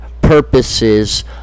purposes